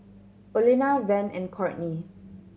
Olena Van and Courtney